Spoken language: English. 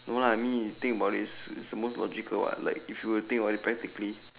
no lah I mean think about it's the most logical what I like if you were think about it practically